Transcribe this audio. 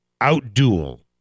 out-duel